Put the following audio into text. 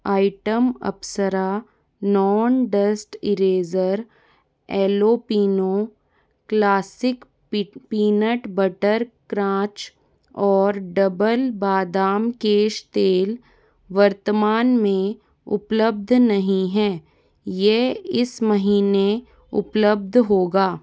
item Apsara non dust eraser jalapeno classic peanut butter crunch और double बादाम केश तेल वर्तमान में उपलब्ध नहीं है यह इस महीने उपलब्ध होगा